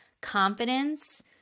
confidence